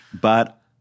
But-